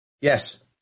Yes